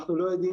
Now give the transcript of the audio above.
אנחנו לא יודעים,